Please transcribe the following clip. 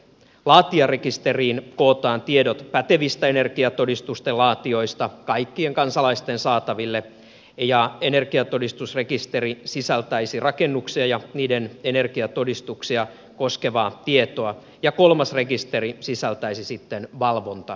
laatijarekisteriin kootaan tiedot pätevistä energiatodistusten laatijoista kaikkien kansalaisten saataville ja energiatodistusrekisteri sisältäisi rakennuksia ja energiatodistuksia koskevaa tietoa ja kolmas rekisteri sisältäisi sitten valvontatietoa